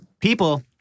People